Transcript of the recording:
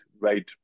right